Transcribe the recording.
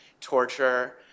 torture